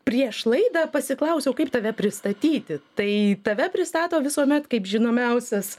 prieš laidą pasiklausiau kaip tave pristatyti tai tave pristato visuomet kaip žinomiausias